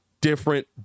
different